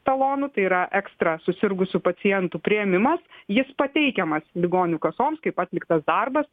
talonų tai yra ekstra susirgusių pacientų priėmimas jis pateikiamas ligonių kasoms kaip atliktas darbas